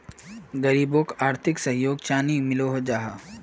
गरीबोक आर्थिक सहयोग चानी मिलोहो जाहा?